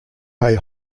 pay